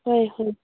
ꯍꯣꯏ ꯍꯣꯏ